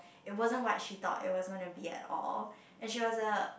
it wasn't what she thought it was gonna be at all and she was a